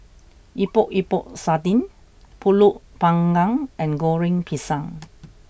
Epok Epok Sardin Pulut Panggang and Goreng Pisang